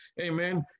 Amen